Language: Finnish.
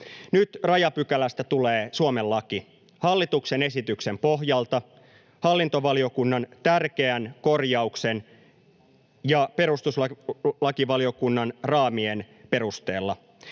Nyt rajapykälästä tulee Suomen laki — hallituksen esityksen pohjalta, hallintovaliokunnan tärkeän korjauksen ja perustuslakivaliokunnan raamien perusteella.